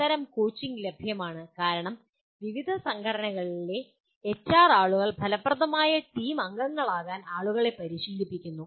അത്തരം കോച്ചിംഗ് ലഭ്യമാണ് കാരണം വിവിധ സംഘടനകളിലെ എച്ച്ആർ ആളുകൾ ഫലപ്രദമായ ടീം അംഗങ്ങളാകാൻ ആളുകളെ പരിശീലിപ്പിക്കുന്നു